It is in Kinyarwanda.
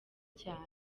cyane